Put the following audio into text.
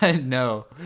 No